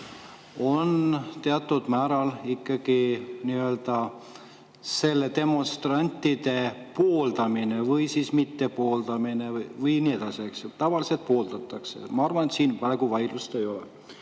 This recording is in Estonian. on teatud määral ikkagi nii-öelda demonstrantide pooldamine või mittepooldamine või nii edasi. Tavaliselt pooldatakse. Ma arvan, et siin praegu vaidlust ei ole.